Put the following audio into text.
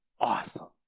awesome